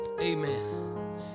Amen